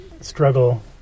struggle